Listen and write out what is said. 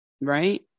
Right